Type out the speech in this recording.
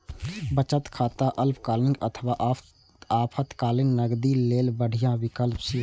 बचत खाता अल्पकालीन अथवा आपातकालीन नकदी लेल बढ़िया विकल्प छियै